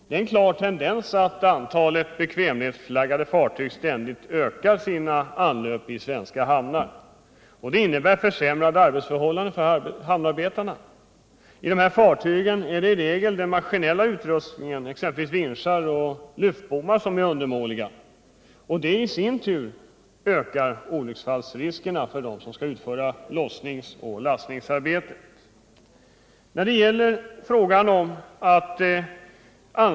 Antalet anlöp i svenska hamnar av bekvämlighetsflaggade fartyg ökar ständigt — det är en klar tendens. Det innebär försämrade arbetsförhållanden för hamnarbetarna. I dessa fartyg är i regel den maskinella utrustningen, exempelvis vinschar och lyftbommar, undermålig. Det ökar olycksfallsriskerna för dem som skall utföra lossningsoch lastningsarbetet.